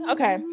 Okay